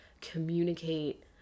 communicate